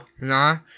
no